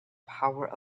power